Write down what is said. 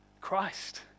Christ